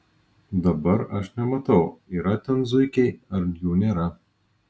dabar aš nematau yra ten zuikiai ar jų nėra